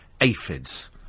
aphids